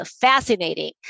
fascinating